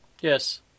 Yes